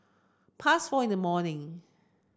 past four in the morning